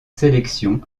sélection